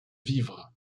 vivres